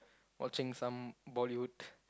watching some Bollywood